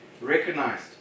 recognized